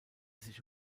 sich